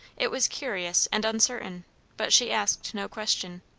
it was curious and uncertain but she asked no question.